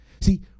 See